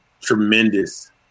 tremendous